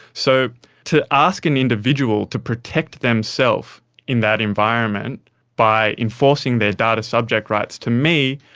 so to ask an individual to protect themselves in that environment by enforcing their data subject rights, to me,